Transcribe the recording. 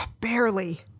Barely